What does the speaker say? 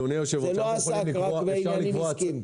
זה לא עסק רק בעניינים עסקיים.